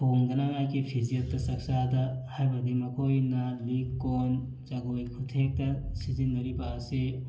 ꯍꯣꯡꯗꯅꯉꯥꯏꯒꯤ ꯐꯤꯖꯦꯠꯇ ꯆꯥꯛ ꯆꯥꯗ ꯍꯥꯏꯕꯗꯤ ꯃꯈꯣꯏꯅ ꯂꯤꯛ ꯀꯣꯟ ꯖꯒꯣꯏ ꯈꯨꯠꯊꯦꯛꯇ ꯁꯤꯖꯤꯟꯅꯔꯤꯕ ꯑꯁꯤ